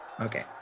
Okay